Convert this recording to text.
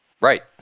Right